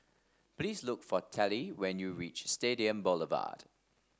please look for Tallie when you reach Stadium Boulevard